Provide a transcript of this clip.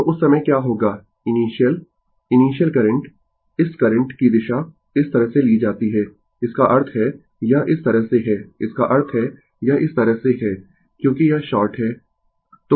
तो उस समय क्या होगा इनीशियल इनीशियल करंट इस करंट की दिशा इस तरह से ली जाती है इसका अर्थ है यह इस तरह से है इसका अर्थ है यह इस तरह से है क्योंकि यह शॉर्ट है